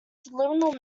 subliminal